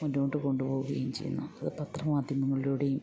മുന്നോട്ട് കൊണ്ടു പോകുകയും ചെയ്യുന്നു പത്രമാധ്യമങ്ങളിലൂടെ